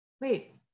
wait